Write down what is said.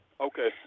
Okay